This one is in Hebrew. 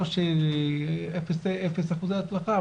לא שיש אפס אחוזי הצלחה,